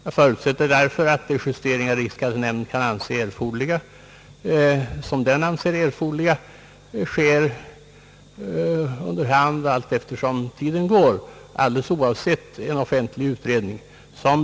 Jag förutsätter därför att de justeringar som riksskattenämnden anser erforderliga sker under hand, alldeles oavsett en offentlig utredning.